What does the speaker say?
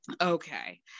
okay